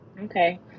okay